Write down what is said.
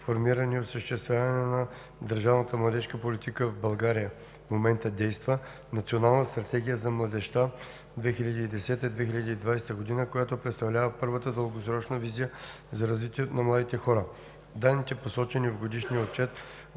формирането и осъществяването на държавната младежка политика. В България в момента действа Национална стратегия за младежта (2010 – 2020 г.), която представлява първата дългосрочна визия за развитието на младите хора. Данните, посочени в Годишния отчет,